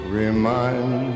remind